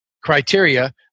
criteria